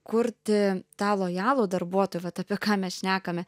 kurti tą lojalų darbuotoją vat apie ką mes šnekame